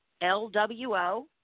LWO